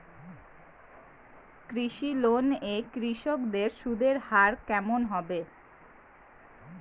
কৃষি লোন এ কৃষকদের সুদের হার কেমন হবে?